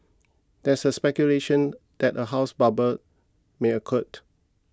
there is speculation that a house bubble may occurred